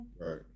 Right